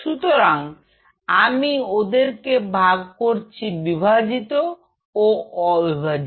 সুতরাং আমি ওদেরকে ভাগ করছি বিভাজিত ও অবিভাজিত